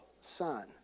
son